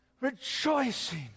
rejoicing